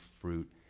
fruit